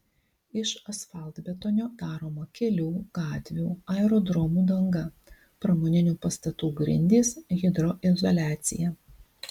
iš asfaltbetonio daroma kelių gatvių aerodromų danga pramoninių pastatų grindys hidroizoliacija